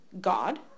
God